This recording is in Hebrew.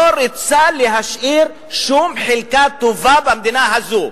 לא רוצה להשאיר שום חלקה טובה במדינה הזאת.